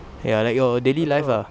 ya like your daily life ah